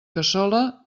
cassola